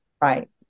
Right